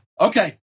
Okay